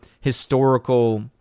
historical